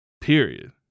Period